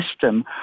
system